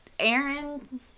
Aaron